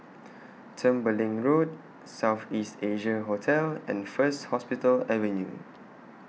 Tembeling Road South East Asia Hotel and First Hospital Avenue